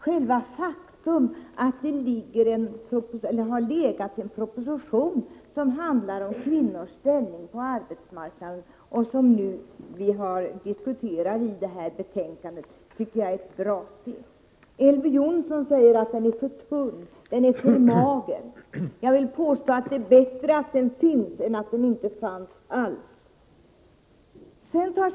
Själva det faktum att det har lagts fram en proposition som handlar om kvinnors ställning på arbetsmarknaden och att vi har behandlat den i detta betänkande är ett bra steg. Elver Jonsson säger att propositionen är för mager. Jag vill påstå att det är bättre att den finns än att den inte alls fanns.